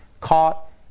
caught